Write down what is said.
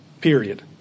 period